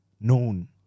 known